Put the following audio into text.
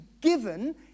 given